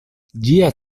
ĝia